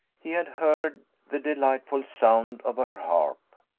he had heard the delightful sound of her harp.